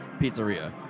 Pizzeria